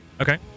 Okay